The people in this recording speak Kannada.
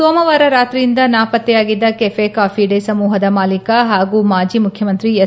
ಸೋಮವಾರ ರಾತ್ರಿಯಿಂದ ನಾಪತ್ತೆಯಾಗಿದ್ದ ಕೆಫೆ ಕಾಫಿ ಡೇ ಸಮೂಹದ ಮಾಲೀಕ ಹಾಗೂ ಮಾಜಿ ಮುಖ್ಯಮಂತ್ರಿ ಎಸ್